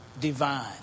divine